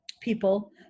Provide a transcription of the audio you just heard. people